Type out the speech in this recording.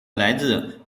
来自